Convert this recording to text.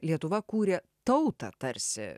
lietuva kūrė tautą tarsi